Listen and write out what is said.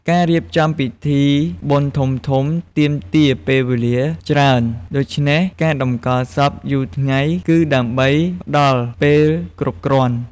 ការរៀបចំពិធីបុណ្យធំៗ ទាមទារពេលវេលាច្រើន ដូច្នេះការតម្កល់សពយូរថ្ងៃគឺដើម្បីផ្តល់ពេលគ្រប់គ្រាន់។